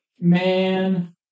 Man